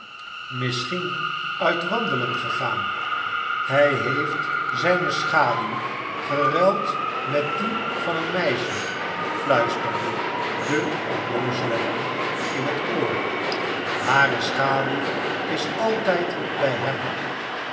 misschien uit wandelen gegaan hij heeft zijne schaduw geruild met die van een meisje fluisterde de onnoozele hem in het oor hare schaduw is altijd bij hem